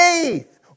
faith